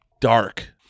dark